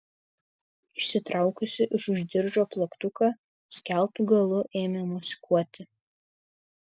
išsitraukusi iš už diržo plaktuką skeltu galu ėmė mosikuoti